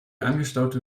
angestaute